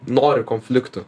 nori konfliktų